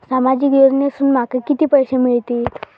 सामाजिक योजनेसून माका किती पैशे मिळतीत?